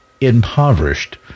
impoverished